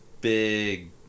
big